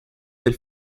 del